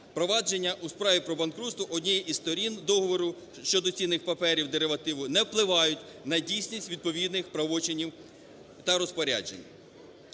провадження у справі про банкрутство однієї із сторін договору щодо цінних паперів, деривативу, не впливають на дійсність відповідних правочинів та розпоряджень.